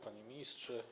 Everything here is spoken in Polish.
Panie Ministrze!